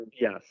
yes